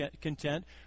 content